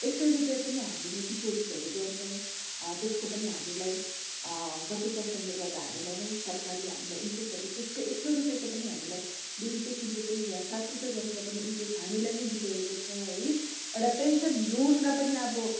एक सय रूपे पनि हामीले डिपोजिटहरू गर्छौँ त्यसको पनि हामीलाई कति पर्सेन्टले गर्दा हामीलाई नै सरकारले हामीलाई इन्ट्रेसहरू त्यसको एस सय रूपियाँको पनि हामीलाई दुई रूपियाँ तिन रूपियाँ या सात रूपियाँ गरेर पनि इन्ट्रेस हामीलाई नै दिरहेको छ है एउटा पेन्सन योजना पनि अब